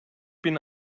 bin